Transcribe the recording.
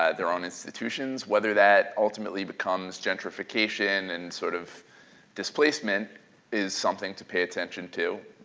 ah their own institutions. whether that ultimately becomes gentrification and sort of displacement is something to pay attention to,